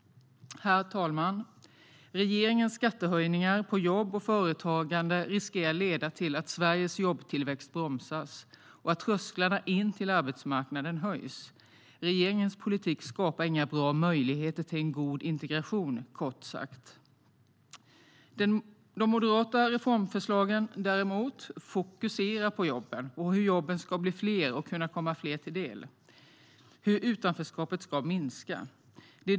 Herr talman! Regeringens skattehöjningar på jobb och företagande riskerar att leda till att Sveriges jobbtillväxt bromsas och att trösklarna in till arbetsmarknaden höjs. Regeringens politik skapar inte några bra möjligheter till en god integration. De moderata reformförslagen däremot fokuserar på jobben, på hur jobben ska bli fler och komma fler till del och på hur utanförskapet ska minska.